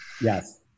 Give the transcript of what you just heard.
Yes